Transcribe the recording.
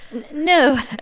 no,